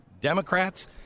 Democrats—